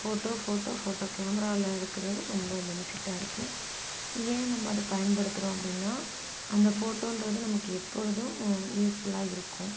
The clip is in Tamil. ஃபோட்டோ ஃபோட்டோ ஃபோட்டோ கேமராவில எடுக்கிறது ரொம்ப பெனிஃபிட்டாக இருக்குது ஏன் நம்ம அதை பயன்படுத்துகிறோம் அப்படின்னா அந்த ஃபோட்டோன்றது நமக்கு எப்பொழுதும் யூஸ்ஃபுல்லாக இருக்கும்